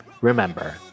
remember